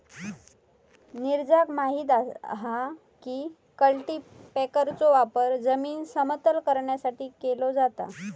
नीरजाक माहित हा की कल्टीपॅकरचो वापर जमीन समतल करण्यासाठी केलो जाता